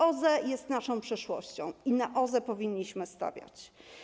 OZE są naszą przyszłością i na OZE powinniśmy stawiać.